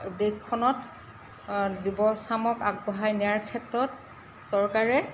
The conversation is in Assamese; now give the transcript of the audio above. দেশখনত যুৱচামক আগবঢ়াই নিয়াৰ ক্ষেত্ৰত চৰকাৰে